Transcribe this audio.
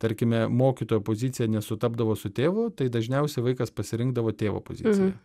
tarkime mokytojo poziciją nesutapdavo su tėvo tai dažniausiai vaikas pasirinkdavo tėvo pozicija